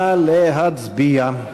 נא להצביע.